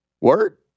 Word